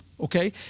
okay